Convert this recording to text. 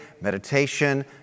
meditation